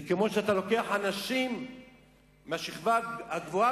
זה כמו שאתה לוקח אנשים מהשכבה הגבוהה